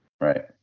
Right